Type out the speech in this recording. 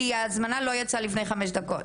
כי ההזמנה שלנו לא יצאה לפני חמש דקות.